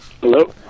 Hello